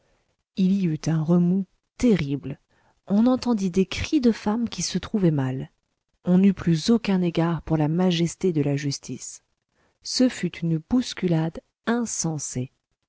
il y eut un remous terrible on entendit des cris de femmes qui se trouvaient mal on n'eût plus aucun égard pour la majesté de la justice ce fut une bousculade insensée